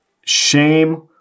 Shame